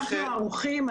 אנחנו ערוכים.